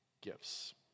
gifts